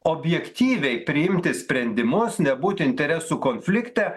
objektyviai priimti sprendimus nebūt interesų konflikte